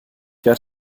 werd